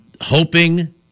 Hoping